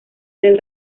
del